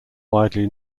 widely